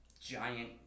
giant